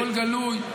הכול גלוי,